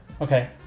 Okay